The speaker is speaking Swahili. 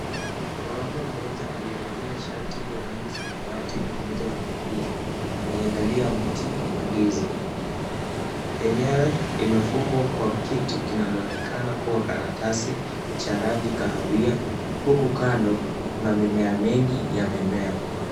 Mwanaume mmoja aliyevalia shati ya rangi samawati pamoja na kofia, anaiangalia mti wa ndizi. Yenyewe imefungwa kwa kitu kinachoonekana kuwa karatasi cha rangi kahawia. Huku kando kuna mimea mingi yamemea.